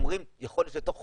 כשאומרים: יכול להיות שתוך חודש,